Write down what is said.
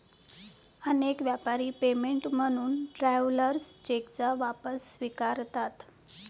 अनेक व्यापारी पेमेंट म्हणून ट्रॅव्हलर्स चेकचा वापर स्वीकारतात